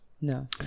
no